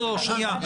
שנייה,